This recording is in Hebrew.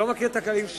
שלא מכיר את הכללים,